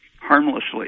harmlessly